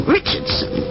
Richardson